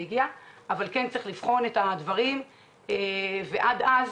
צריך לבחון את הדברים ועד אז,